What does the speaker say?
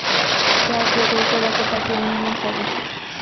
प्याज को कैसे रखे ताकि महिना सड़े?